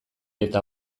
eta